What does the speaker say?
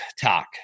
talk